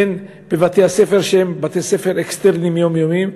הן בבתי-הספר שהם בתי-ספר אקסטרניים יומיומיים,